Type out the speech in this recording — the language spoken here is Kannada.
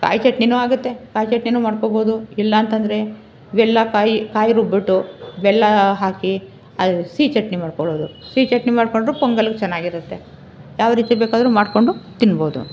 ಕಾಯಿ ಚಟ್ನಿನೂ ಆಗುತ್ತೆ ಕಾಯಿ ಚಟ್ನಿನೂ ಮಾಡ್ಕೊಬೋದು ಇಲ್ಲ ಅಂತಂದರೆ ಬೆಲ್ಲ ಕಾಯಿ ಕಾಯಿ ರುಬ್ಬಿಬ್ಬಿಟ್ಟು ಬೆಲ್ಲ ಹಾಕಿ ಅದು ಸಿಹಿ ಚಟ್ನಿ ಮಾಡ್ಕೊಳ್ಳೋದು ಸಿಹಿ ಚಟ್ನಿ ಮಾಡಿಕೊಂಡ್ರು ಪೊಂಗಲ್ಗೆ ಚೆನ್ನಾಗಿರುತ್ತೆ ಯಾವ ರೀತಿ ಮಾಡಿಕೊಂಡು ತಿನ್ಬೋದು